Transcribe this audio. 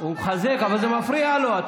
אבל אתה מפריע לו.